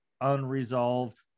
unresolved